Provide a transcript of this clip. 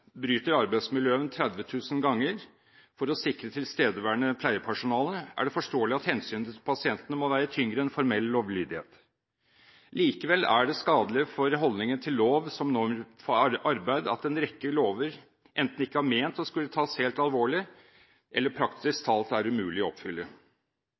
bryter arbeidsmiljøloven 30 000 ganger for å sikre tilstedeværende pleiepersonale, er det forståelig at hensynet til pasientene må veie tyngre enn formell lovlydighet. Likevel er det skadelig for holdningen til lov som norm for atferd at en rekke lover enten ikke er ment å skulle tas helt alvorlig, eller er praktisk